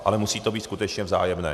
Ale musí to být skutečně vzájemné.